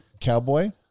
Cowboy